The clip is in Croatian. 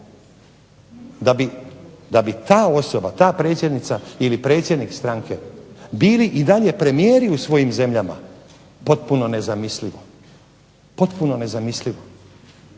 da bi ta osoba, ta predsjednica ili predsjednik stranke bili i dalje premijeri u svojim zemljama, potpuno nezamislivo. To ljudi ne bi